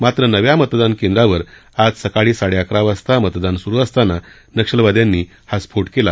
मात्र नव्या मतदान केंद्रावर आज सकाळी साडेअकरा वाजता मतदान सुरु असताना नक्षलवाद्यांनी भूसुरुंगाचा स्फोट केला